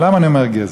ולמה אני אומר "גזל"?